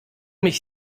mich